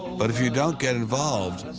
but if you don't get involved,